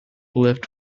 lift